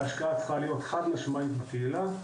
ההשקעה צריכה להיות חד משמעית בקהילה,